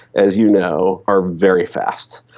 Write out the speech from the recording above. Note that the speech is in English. as you know, are very fast.